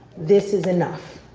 this is enough,